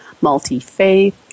multi-faith